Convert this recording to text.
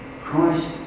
Christ